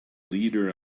leader